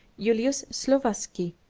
julius slowacki,